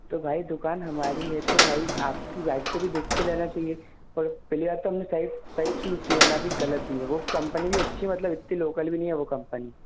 तो भाई दुकान हमारी है तो भाई आपकी वाइफ़ को भी देख के लेना चाहिए पहली बात तो सही सही शूस दिए हैं ना कि ग़लत दिए वो कंपनी भी अच्छी है मतलब इतनी लोकल भी नहीं है वो कंपनी